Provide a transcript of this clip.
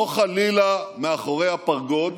זו הוכחה נוספת